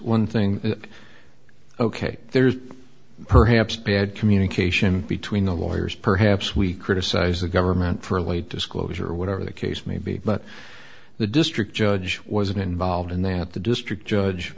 one thing ok there's perhaps bad communication between the lawyers perhaps we criticize the government for a late disclosure or whatever the case may be but the district judge wasn't involved and that the district judge